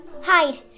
Hide